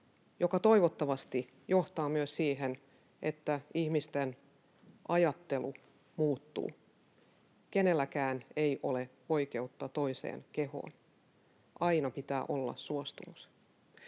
joka toivottavasti johtaa myös siihen, että ihmisten ajattelu muuttuu. Kenelläkään ei ole oikeutta toisen kehoon. Aina pitää olla suostumus.